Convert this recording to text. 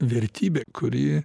vertybė kuri